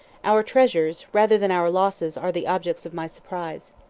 our treasures, rather than our losses, are the objects of my surprise.